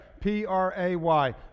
P-R-A-Y